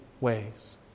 ways